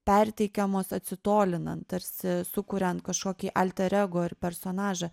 perteikiamos atsitolinant tarsi sukuriant kažkokį alterego ar personažą